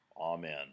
Amen